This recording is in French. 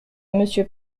monsieur